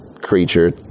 creature